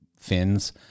fins